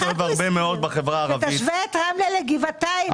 תשווה את רמלה לגבעתיים.